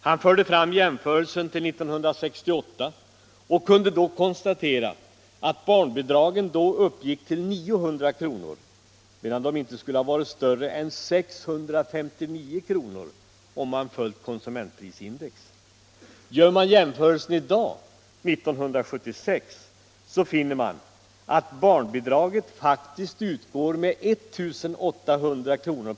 Han förde fram jämförelsen till 1968 och kunde konstatera att barnbidragen då uppgick till 900 kr., medan de inte skulle ha varit större än 659 kr. om man följt konsumentprisindex. Gör man jämförelsen i dag, 1976, så finner man att barnbidraget faktiskt utgår med 1 800 kr.